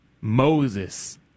Moses